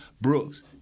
Brooks